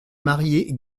marier